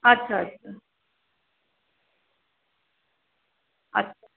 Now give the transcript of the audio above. আচ্ছা আচ্ছা আচ্ছা